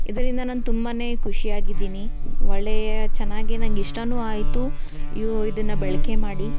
ಇದರಿಂದ ನಾನು ತುಂಬಾ ಖುಷಿಯಾಗಿದ್ದೀನಿ ಒಳ್ಳೆಯ ಚೆನ್ನಾಗಿ ನಂಗೆ ಇಷ್ಟಾನೂ ಆಯಿತು ಇದನ್ನು ಬಳಕೆ ಮಾಡಿ